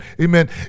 amen